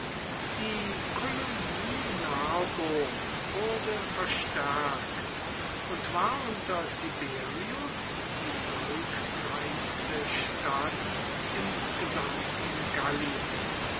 die kolonie narbo wurde verstärkt und war unter tiberius die volkreichste stadt im gesamten gallien